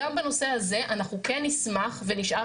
גם בנושא הזה אנחנו כן נשמח ונשאף,